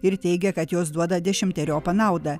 ir teigia kad jos duoda dešimteriopą naudą